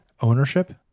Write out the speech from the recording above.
Ownership